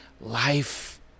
life